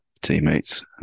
teammates